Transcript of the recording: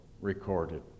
recorded